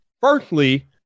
Firstly